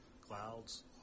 Clouds